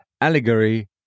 allegory